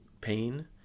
pain